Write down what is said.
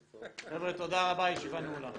חבר'ה, תודה רבה, הישיבה נעולה.